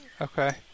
Okay